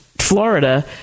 Florida